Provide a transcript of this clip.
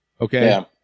Okay